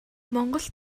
монгол